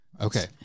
Okay